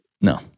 No